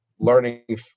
learning